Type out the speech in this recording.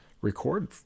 record